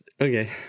okay